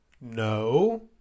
no